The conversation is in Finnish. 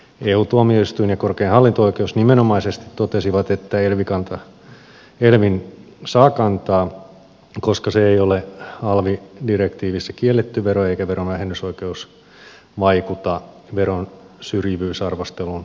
eu tuomioistuin ja korkein hallinto oikeus nimenomaisesti totesivat että elvn saa kantaa koska se ei ole alvidirektiivissä kielletty vero eikä veron vähennysoikeus vaikuta veron syrjivyysarvosteluun yksityistuojia kohtaan